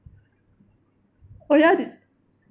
oh ya did